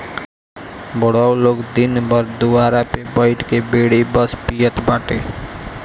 बुढ़ऊ लोग दिन भर दुआरे पे बइठ के बीड़ी बस पियत बाटे